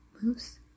moose